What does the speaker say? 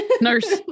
nurse